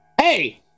Hey